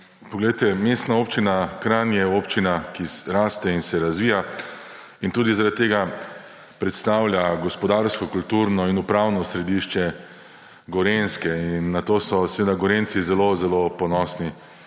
lepa. Mestna občina Kranj je občina, ki raste in se razvija, in tudi zaradi tega predstavlja gospodarsko, kulturno in upravno središče Gorenjske. In na to so Gorenjci zelo zelo ponosni.